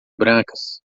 brancas